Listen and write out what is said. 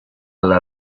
alla